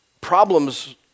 problems